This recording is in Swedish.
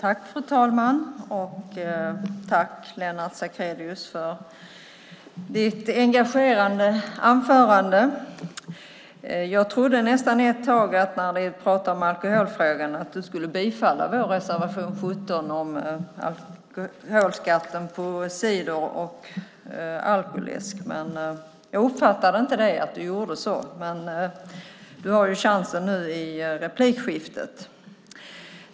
Fru talman! Tack, Lennart Sacrédeus, för ditt engagerande anförande. Jag trodde nästan ett tag när du talade om alkoholfrågan att du skulle yrka bifall på vår reservation 17 om alkoholskatten och cider och alkoläsk, men jag uppfattade inte att du gjorde så. Du har nu chansen i replikskiftet.